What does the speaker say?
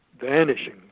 vanishing